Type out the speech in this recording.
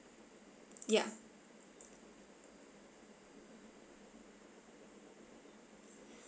ya